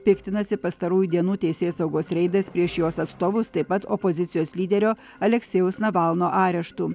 piktinasi pastarųjų dienų teisėsaugos reidais prieš jos atstovus taip pat opozicijos lyderio aleksejaus navalno areštu